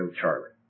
Charlie